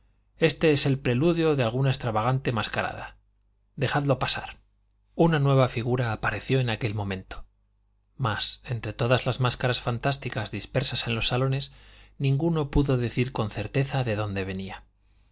éste es el preludio de alguna extravagante mascarada dejadlo pasar una nueva figura apareció en aquel momento mas entre todas las máscaras fantásticas dispersas en los salones ninguno pudo decir con certeza de dónde venía